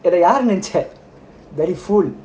இவரை யாருனு நினைச்ச:iavra yarunu ninacha very fool